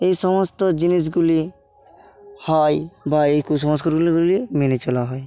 এসমস্ত জিনিসগুলি হয় বা এই কুসংস্কারগুলিগুলি মেনে চলা হয়